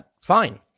Fine